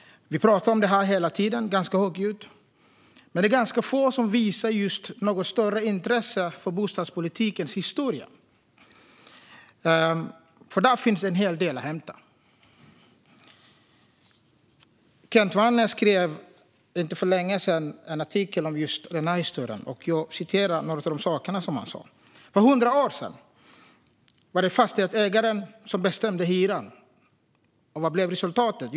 Vi pratar om detta hela tiden, ganska högljutt, men det är få som visar något större intresse för bostadspolitikens historia. Där finns en hel del att hämta. Kent Werne skrev för inte så länge sedan en artikel om just denna historia. Jag ska citera några saker. "För 100 år sedan var det fastighetsägaren som bestämde hyran. Resultatet?